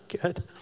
Good